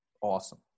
Awesome